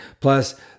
Plus